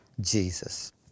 Jesus